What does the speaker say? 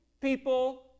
people